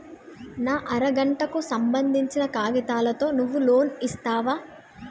నా అర గంటకు సంబందించిన కాగితాలతో నువ్వు లోన్ ఇస్తవా?